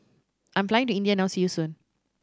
I am flying to India now see you soon